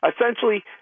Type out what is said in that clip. essentially